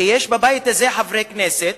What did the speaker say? כי יש בבית הזה חברי כנסת